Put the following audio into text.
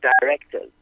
directors